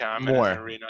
more